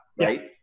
right